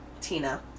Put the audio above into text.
Tina